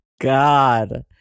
God